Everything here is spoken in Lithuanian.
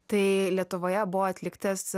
tai lietuvoje buvo atliktas